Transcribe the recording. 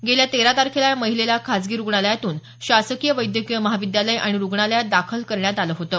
गेल्या तेरा तारखेला या महिलेला खासगी रुग्णालयातून शासकीय वैद्यकीय महाविद्यालय आणि रुग्णालयात दाखल करण्यात आलं होतं